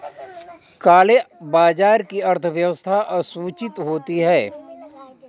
काले बाजार की अर्थव्यवस्था असूचित होती है